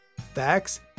Facts